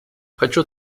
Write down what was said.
хочу